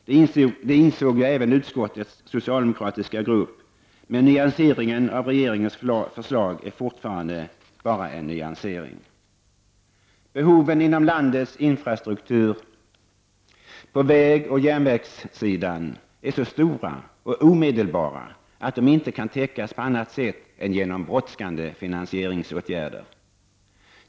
Det insåg ju även utskottets socialdemokratiska grupp, men nyanseringen av regeringens förslag är fortfarande bara just en nyansering. Behoven av infrastruktur på vägoch järnvägssidan är så stora och omedelbara att de inte kan täckas på annat sätt än genom skyndsamma finansieringsåtgärder.